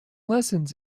lessons